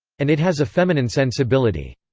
and it has a feminine sensibility.